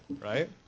right